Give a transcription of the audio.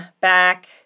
back